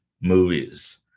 movies